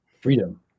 freedom